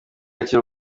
akiri